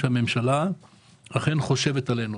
שהממשלה אכן חושבת עלינו,